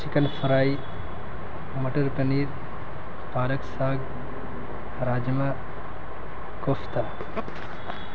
chicken fry مٹر پنیر پارک ساگ راجمہ کوفتہ